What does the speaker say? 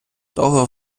того